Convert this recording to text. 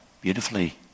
beautifully